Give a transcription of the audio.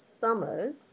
summers